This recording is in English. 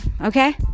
okay